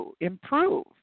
improve